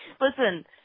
Listen